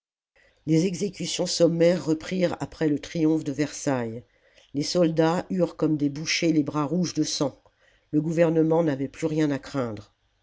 les exécutions sommaires reprirent après le triomphe de versailles les soldats eurent comme des bouchers les bras rouges de sang le gouvernement n'avait plus rien à craindre